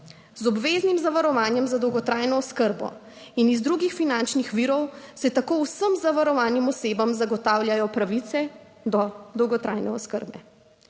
Z obveznim zavarovanjem za dolgotrajno oskrbo in iz drugih finančnih virov se tako vsem zavarovanim osebam zagotavljajo pravice do dolgotrajne oskrbe.